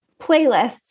playlists